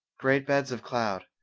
great beds of cloud,